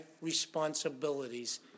responsibilities